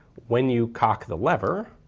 when you cock the lever,